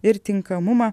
ir tinkamumą